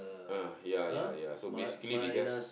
ah ya ya ya so basically they just